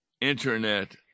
internet